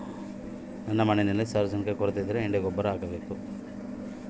ನನ್ನ ಮಣ್ಣಿನಲ್ಲಿ ಸಾರಜನಕದ ಕೊರತೆ ಇದ್ದರೆ ಯಾವ ಗೊಬ್ಬರ ಹಾಕಬೇಕು?